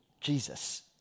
Jesus